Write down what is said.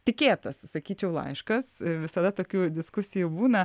tikėtas sakyčiau laiškas visada tokių diskusijų būna